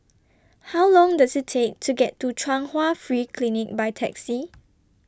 How Long Does IT Take to get to Chung Hwa Free Clinic By Taxi